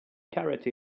karate